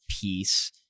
peace